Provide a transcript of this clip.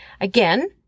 Again